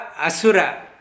Asura